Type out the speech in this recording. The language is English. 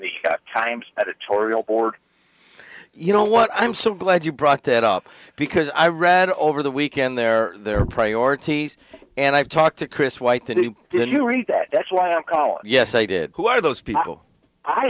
the times editorial board you know what i'm so glad you brought that up because i read over the weekend there their priorities and i've talked to chris white today did you read that that's why i'm calling yes i did who are those people i